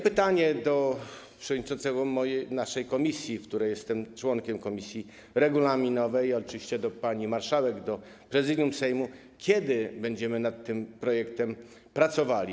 Pytanie do przewodniczącego naszej komisji, której jestem członkiem, komisji regulaminowej i oczywiście do pani marszałek, do Prezydium Sejmu: Kiedy będziemy nad tym projektem pracowali?